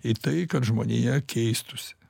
į tai kad žmonija keistųsi